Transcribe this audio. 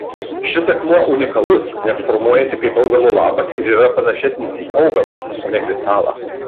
šis akmuo unikalus nes formuojasi kaip augalo lapas ir yra panašesnis į augalą o ne kristalą